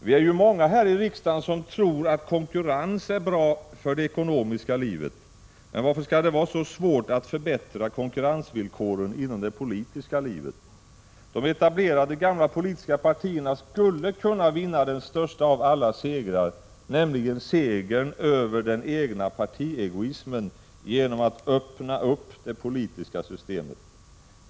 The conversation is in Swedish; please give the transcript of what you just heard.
Vi är ju många här i riksdagen som tror att konkurrens är bra för det ekonomiska livet. Men varför skall det vara så svårt att förbättra konkurrensvillkoren inom det politiska livet? De etablerade gamla politiska partierna skulle kunna vinna den största av alla segrar, nämligen segern över den egna partiegoismen, genom att öppna det politiska systemet.